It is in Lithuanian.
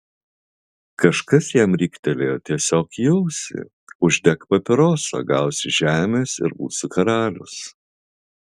kažkas jam riktelėjo tiesiog į ausį uždek papirosą gausi žemės ir būsi karalius